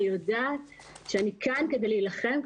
אני כאן כדי להילחם,